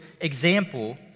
example